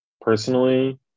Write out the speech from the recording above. Personally